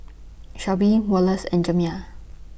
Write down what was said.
Shelbi Wallace and Jamya